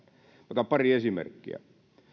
otan pari esimerkkiä